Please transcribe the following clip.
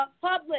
public